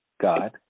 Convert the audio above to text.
God